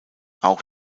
auch